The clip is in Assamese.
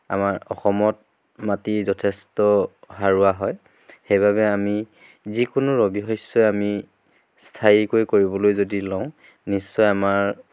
আমাৰ অসমত মাটি যথেষ্ট সাৰুৱা হয় সেইবাবে আমি যিকোনো ৰবি শস্যই আমি স্থায়ীকৈ কৰিবলৈ যদি লওঁ নিশ্চয় আমাৰ